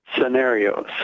scenarios